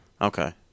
Okay